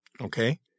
Okay